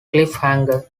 cliffhanger